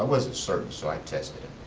wasn't certain, so i tested it.